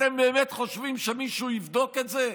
אתם באמת חושבים שמישהו יבדוק את זה?